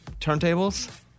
turntables